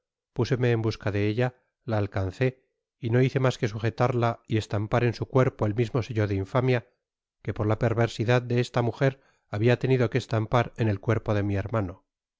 páseme en busca de ella la alcancé y no hice mas que sujetarla y estampar en su cuerpo el mismo sello de infamia que por la perversidad de esta mujer habia tenido que estampar en el cuerpo de mi hermano